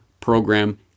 program